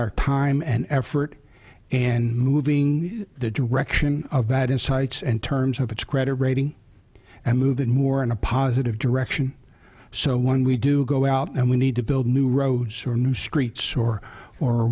our time and effort and moving in the direction of that insights and terms of its credit rating and move it more in a positive direction so when we do go out and we need to build new roads or new streets or or